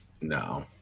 No